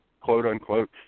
quote-unquote